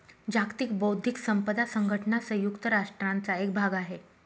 जागतिक बौद्धिक संपदा संघटना संयुक्त राष्ट्रांचा एक भाग आहे